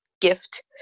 gift